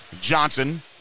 Johnson